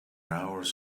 hours